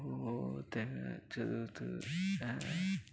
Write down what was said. ఓ తెగ చదువుతూ